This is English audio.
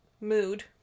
mood